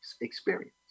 experience